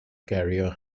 carrier